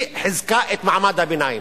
היא חיזקה את מעמד הביניים,